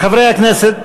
חברי הכנסת,